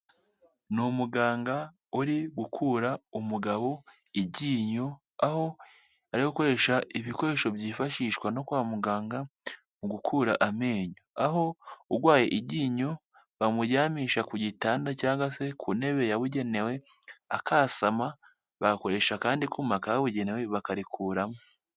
Ni umuganga uri gukura umugabo iryinyo, aho ari gukoresha ibikoresho byifashishwa no kwa muganga mu gukura amenyo, aho urwaye iryinyo bamuryamisha ku gitanda cya se ku ntebe yabugenewe akasama, bagakoresha akandi kuma kabugenewe bakarikuramo.